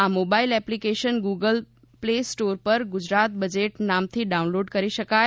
આ mobile application Google Play Store પર Gujarat budget નામથી ડાઉનલોડ કરી શકાય